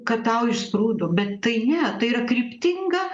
kad tau išsprūdo bet tai ne tai yra kryptinga